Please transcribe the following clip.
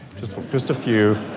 just just a few?